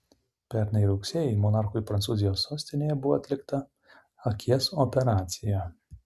pernai rugsėjį monarchui prancūzijos sostinėje buvo atlikta akies operacija